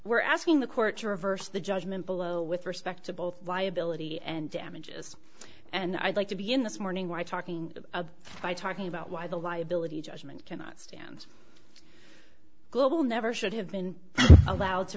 we're asking the court to reverse the judgment below with respect to both liability and damages and i'd like to begin this morning why talking by talking about why the liability judgment cannot stand global never should have been allowed to